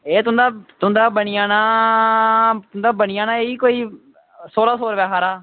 एह् तुंदा बनी जाना एह् तुंदा बनी जाना कोई सोलां सौ रपेआ हारा